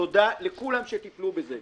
תודה לכל מי שטיפל בזה.